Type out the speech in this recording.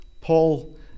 Paul